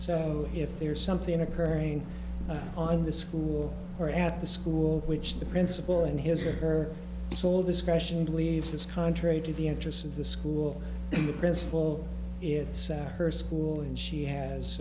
so if there's something occurring on the school or at the school which the principal in his or her sole discretion believes it's contrary to the interests of the school the principal it's her school and she has